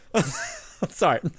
Sorry